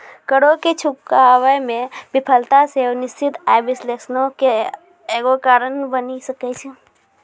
करो के चुकाबै मे विफलता सेहो निश्चित आय विश्लेषणो के एगो कारण बनि सकै छै